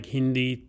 Hindi